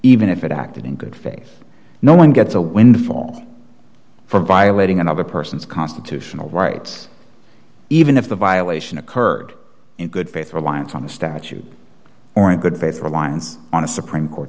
even if it acted in good faith no one gets a windfall for violating another person's constitutional rights even if the violation occurred in good faith reliance on the statute or a good faith reliance on a supreme court